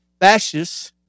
fascists